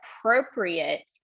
appropriate